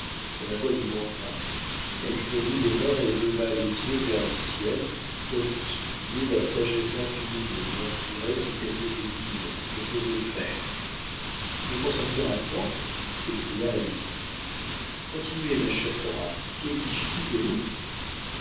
consentir la voix lui manqua elle joignit les mains et leva les yeux vers le ciel comme pour supplier la sagesse infinie de lui inspirer ce qu'elle devait dire ce qu'elle devait faire de consentir à quoi s'écria alice continuez ma chère cora quexige t il de nous